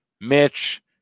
Mitch